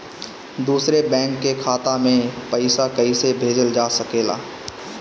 दूसरे बैंक के खाता में पइसा कइसे भेजल जा सके ला?